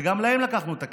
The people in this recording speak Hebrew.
וגם להם לקחנו את הכסף.